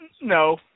No